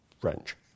French